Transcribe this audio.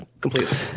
completely